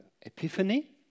Epiphany